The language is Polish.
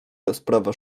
rozprawa